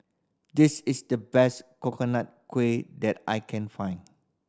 this is the best Coconut Kuih that I can find